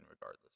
regardless